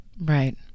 Right